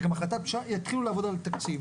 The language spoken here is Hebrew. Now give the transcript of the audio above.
יתחילו לעבוד על התקציב.